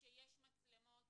שיש מצלמות